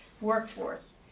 workforce